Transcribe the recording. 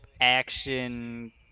action